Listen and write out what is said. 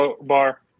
Bar